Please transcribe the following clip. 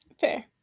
Fair